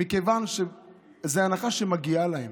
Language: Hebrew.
מכיוון שזאת הנחה שמגיעה להם.